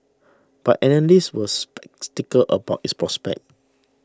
but analysts were about its prospects